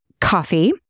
coffee